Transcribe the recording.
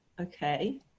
Okay